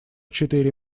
четыре